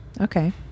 Okay